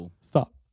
Stop